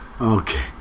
okay